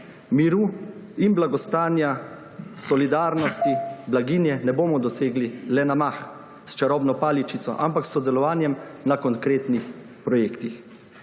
miru in blagostanja, solidarnosti, blaginje ne bomo dosegli le na mah s čarobno paličico, ampak s sodelovanjem na konkretnih projektih.